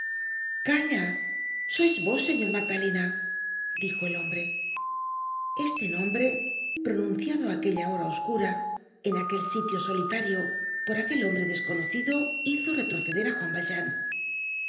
calla sois vos señor magdalena dijo el hombre este nombre pronunciado á aquella hora oscura en aquel sitio solitario por aquel hombre desconocido hizo retrocederá juan valjean